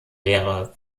lehre